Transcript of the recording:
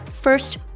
First